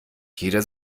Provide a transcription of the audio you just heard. jeder